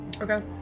Okay